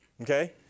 Okay